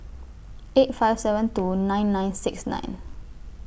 eight five seven two nine nine six nine